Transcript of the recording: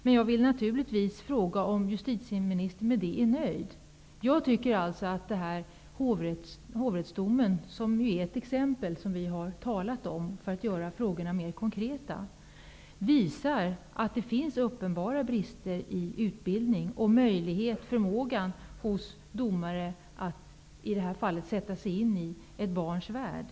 Men jag vill naturligtvis fråga om justitieministern är nöjd med detta. Vi har här tagit en hovrättsdom som exempel för att göra frågorna mera konkreta. Denna hovrättsdom visar att det finns uppenbara brister i utbildning, möjlighet och förmåga hos domare att, i det här fallet, sätta sig in i ett barns värld.